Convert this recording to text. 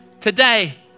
Today